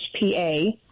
hpa